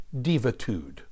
divitude